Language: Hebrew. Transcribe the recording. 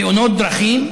תאונות דרכים,